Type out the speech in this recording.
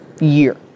year